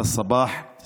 (אומר דברים בשפה הערבית,